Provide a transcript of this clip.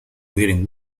wearing